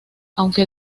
aunque